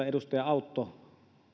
edustaja autto minusta